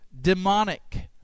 demonic